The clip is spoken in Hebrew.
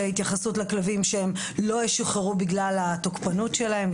יש התייחסות לכלבים שהם לא ישוחררו בגלל התוקפנות שלהם.